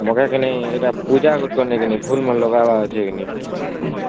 ମଗାକେ ନାଇଁ ଏଇଟା ପୂଜା ଫୁଲ୍ମାନେ ଲଗାବାର୍ ଅଛକେ ନାଇଁ